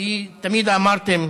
כי תמיד אמרתם